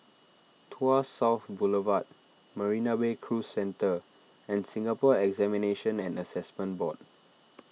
Tuas South Boulevard Marina Bay Cruise Centre and Singapore Examinations and Assessment Board